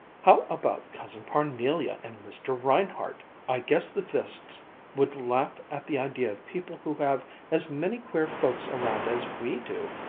how about cousin parnelia and mr. reinhardt? i guess the fiskes would laugh at the idea of people who have as many queer folks around as we do,